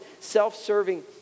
self-serving